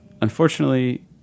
Unfortunately